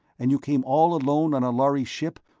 and you came all alone on a lhari ship,